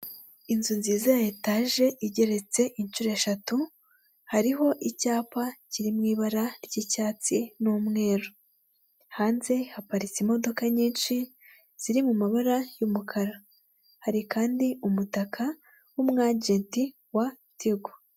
Inzu nziza ya etaje igeretse inshuro eshatu hariho icyapa kiri mu ibara ry'icyatsi n'umweru, hanze haparitse imodoka nyinshi ziri mu mabara y'umukara, hari kandi umutaka w'umu agenti wa Tigo.